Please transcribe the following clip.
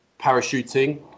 parachuting